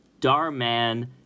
Darman